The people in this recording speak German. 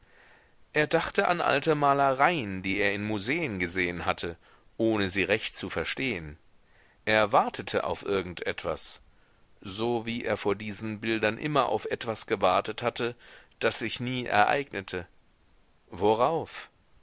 er dachte an alte malereien die er in museen gesehen hatte ohne sie recht zu verstehen er wartete auf irgend etwas so wie er vor diesen bildern immer auf etwas gewartet hatte das sich nie ereignete worauf